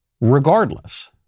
regardless